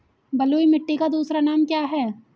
बलुई मिट्टी का दूसरा नाम क्या है?